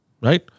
right